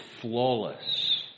flawless